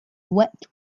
wet